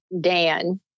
Dan